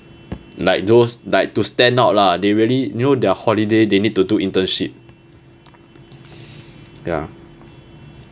like those like to stand out lah they really you know their holiday they need to do internship ya